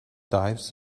dives